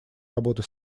работы